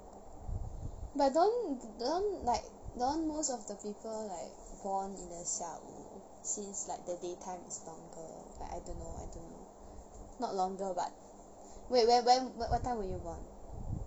but don't don't like don't most of the people like born in the 下午 since like the day time is longer but I don't know I don't know not longer but wait where when what time were you born